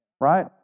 Right